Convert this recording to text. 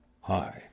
Hi